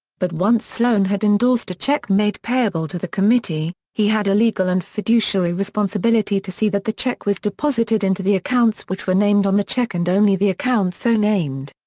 but once sloan had endorsed a check made payable to the committee, he had a legal and fiduciary responsibility to see that the check was deposited into the accounts which were named on the check and only the accounts so named.